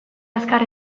azkar